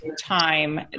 time